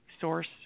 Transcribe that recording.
source